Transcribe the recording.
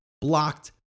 blocked